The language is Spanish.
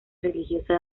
religiosa